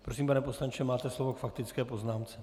Prosím, pane poslanče, máte slovo k faktické poznámce.